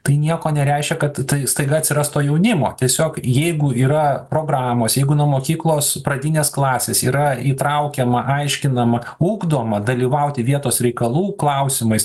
tai nieko nereiškia kad tai staiga atsiras to jaunimo tiesiog jeigu yra programos jeigu nuo mokyklos pradinės klasės yra įtraukiama aiškinama ugdoma dalyvauti vietos reikalų klausimais